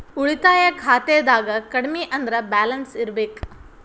ಉಳಿತಾಯ ಖಾತೆದಾಗ ಕಡಮಿ ಅಂದ್ರ ಬ್ಯಾಲೆನ್ಸ್ ಇರ್ಬೆಕ್